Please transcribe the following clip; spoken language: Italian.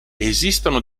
esistono